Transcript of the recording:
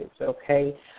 okay